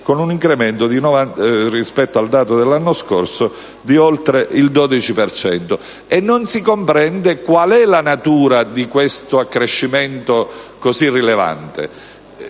con un incremento rispetto al dato dell'anno scorso di oltre il 12 per cento. Non si comprende qual è la natura di un accrescimento tanto rilevante.